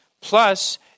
Plus